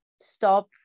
stop